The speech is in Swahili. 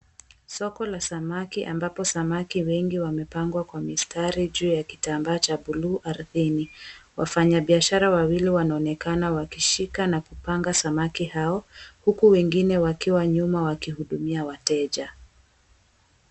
Soko la samaki ambapo samaki wengi wamepangwa kwa mistari juu ya kitambaa cha bluu ardhini wafanyabiashara wawili wanaonekana wakishika na kupanga samaki hao huku wengine wakiwa nyuma wakihudumia wateja.